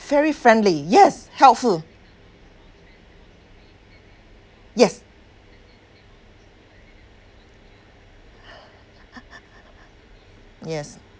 very friendly yes helpful yes yes